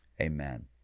Amen